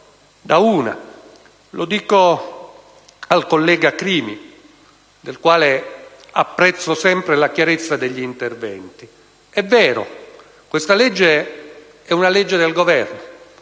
Mi rivolgo al collega Crimi, del quale apprezzo sempre la chiarezza degli interventi. È vero: questa legge è una legge del Governo,